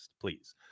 please